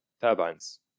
turbines